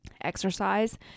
exercise